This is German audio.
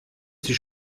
sie